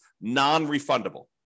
non-refundable